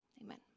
Amen